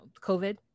COVID